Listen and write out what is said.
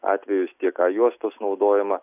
atvejus tiek a juostos naudojimą